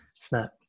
Snap